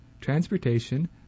transportation